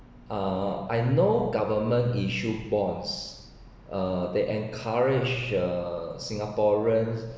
uh I know government issued bonds uh they encouraged uh singaporeans